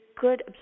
good